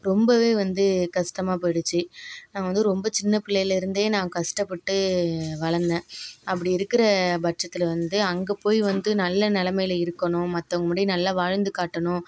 ரொம்ப வந்து கஷ்டமாக போயிடுச்சு நாங்கள் வந்து ரொம்ப சின்ன பிள்ளைல இருந்து நான் கஷ்டபட்டு வளந்தேன் அப்படி இருக்கிற பட்சத்தில் வந்து அங்கே போய் வந்து நல்ல நிலமைல இருக்கணும் மற்றவங்க முன்னாடி நல்லா வாழ்ந்து காட்டணும்